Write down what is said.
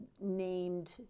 named